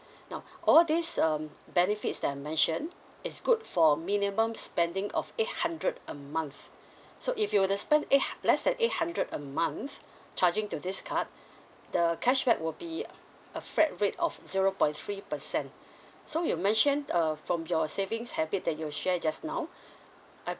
now all these um benefits that i mentioned it's good for minimum spending of eight hundred a month so if you were to spend eight hun~ less than eight hundred a month charging to this card the cashback will be a flat rate of zero point three percent so you mentioned uh from your savings habit that you're share just now I'm